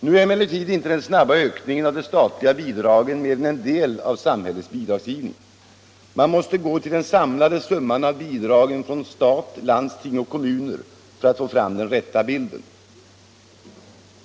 Nu är emellertid inte den snabba ökningen av de statliga bidragen mer än en del av samhällets bidragsgivning. Man måste gå till den samlade summan av bidragen från stat, landsting och kommuner för att få fram den rätta bilden.